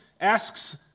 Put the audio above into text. asks